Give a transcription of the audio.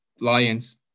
Lions